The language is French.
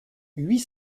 huit